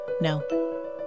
no